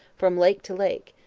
from lake to lake,